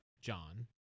John